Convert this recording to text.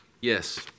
Yes